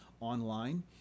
online